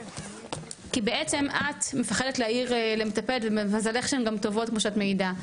כי בעצם את מפחדת להעיר למטפלות ולמזלך שהן גם טובות כמו שאת מעידה,